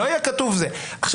ועכשיו אני בא ואומר: לא,